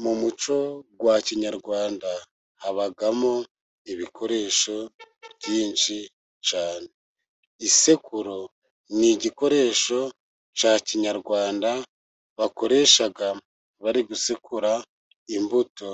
Mu muco wa kinyarwanda habamo ibikoresho byinshi cyane. Isekuru ni igikoresho cya kinyarwanda bakoresha bari gusekura imbuto